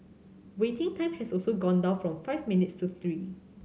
waiting time has also gone down from five minutes to three